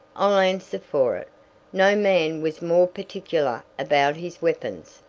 i'll answer for it no man was more particular about his weapons,